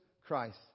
Christ